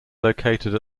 located